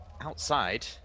Outside